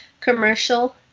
commercial